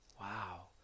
wow